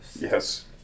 Yes